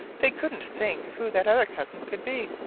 they couldn't think who that other cousin could be.